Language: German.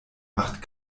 macht